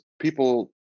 people